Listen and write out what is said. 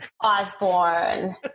Osborne